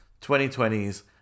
2020's